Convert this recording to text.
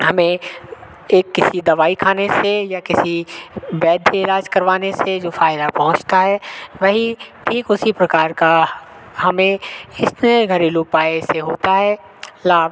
हमें एक किसी दवाई खाने से या किसी वैध से इलाज करवाने से जो फ़ायदा पहुँचता है वही ठीक उसी प्रकार का हमें इस घरेलू उपाय से होता है लाभ